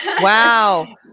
Wow